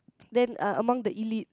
then uh among the elite